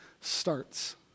starts